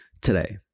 today